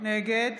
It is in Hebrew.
נגד